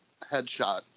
headshot